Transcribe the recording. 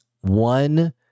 One